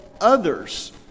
others